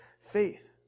faith